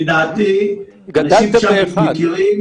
גדלתם באחד.